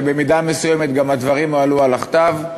ובמידה מסוימת הדברים גם הועלו על הכתב.